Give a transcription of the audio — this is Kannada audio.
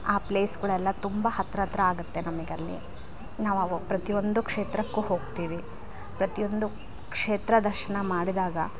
ಆ ಪ್ಲೇಸ್ಗಳೆಲ್ಲ ತುಂಬ ಹತ್ರ ಹತ್ತಿರ ಆಗುತ್ತೆ ನಮಗಲ್ಲಿ ನಾವು ಪ್ರತಿಯೊಂದು ಕ್ಷೇತ್ರಕ್ಕೂ ಹೋಗ್ತೀವಿ ಪ್ರತಿಯೊಂದು ಕ್ಷೇತ್ರ ದರ್ಶನ ಮಾಡಿದಾಗ